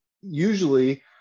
usually